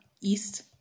East